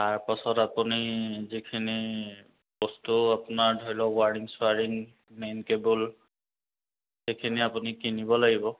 তাৰপাছত আপুনি যিখিনি বস্তু আপোনাৰ ধৰি লওক ৱাৰিং চোৱাৰিং মেইন কেবুল সেইখিনি আপুনি কিনিব লাগিব